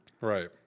Right